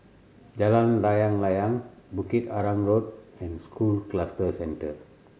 Jalan Layang Layang Bukit Arang Road and School Cluster Centre